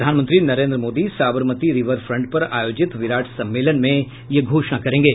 प्रधानमंत्री Narendra Modi Sabarmati river front पर आयोजित विराट सम्मेलन में यह घोषणा करेंगे